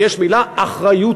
ויש מילה אחריותיות,